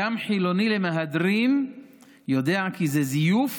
גם חילוני למהדרין יודע כי זה זיוף